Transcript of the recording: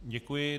Děkuji.